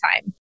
time